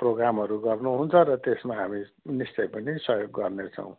प्रोग्रामहरू गर्नुहुन्छ र त्यसमा हामी निश्चय पनि सहयोग गर्नेछौँ